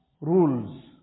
rules